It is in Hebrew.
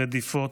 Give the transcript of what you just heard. רדיפות,